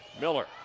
Miller